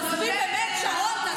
תעזבי, באמת, שרון.